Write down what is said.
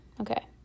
Okay